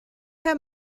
herr